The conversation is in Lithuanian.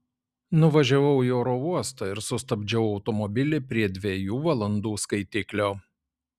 nuvažiavau į oro uostą ir sustabdžiau automobilį prie dviejų valandų skaitiklio